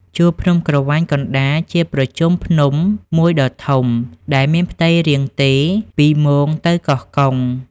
ជួរភ្នំក្រវាញកណ្តាល ជាប្រជុំភ្នំមួយដ៏ធំ ដែលមានផ្ទៃរាងទេរ ពីមោងទៅកោះកុង ។